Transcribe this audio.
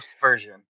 version